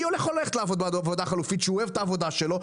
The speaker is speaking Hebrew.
מי יכול ללכת לעבוד בעבודה חלופית כשהוא אוהב את העבודה שלו,